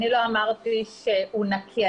אני לא אמרתי שהוא נקי.